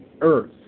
earth